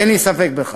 אין לי ספק בכך.